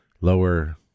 lower